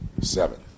seven